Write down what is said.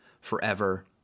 forever